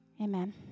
amen